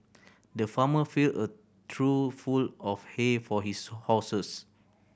the farmer filled a trough full of hay for his horses